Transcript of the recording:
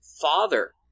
father